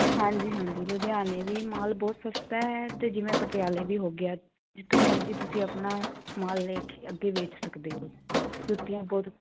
ਹਾਂਜੀ ਹਾਂਜੀ ਲੁਧਿਆਣੇ ਵੀ ਮਾਲ ਬਹੁਤ ਸਸਤਾ ਹੈ ਅਤੇ ਜਿਵੇਂ ਪਟਿਆਲੇ ਵੀ ਹੋ ਗਿਆ ਜਿੱਥੋਂ ਮਰਜ਼ੀ ਤੁਸੀਂ ਆਪਣਾ ਮਾਲ ਲੈ ਕੇ ਅੱਗੇ ਵੇਚ ਸਕਦੇ ਹੋ ਜੁੱਤੀਆਂ ਬਹੁਤ